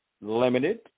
limited